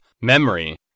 Memory